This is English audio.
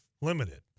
limited